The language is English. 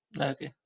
Okay